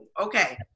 Okay